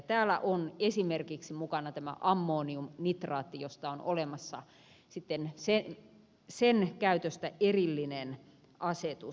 täällä on mukana esimerkiksi tämä ammoniumnitraatti jonka käytöstä on olemassa erillinen asetus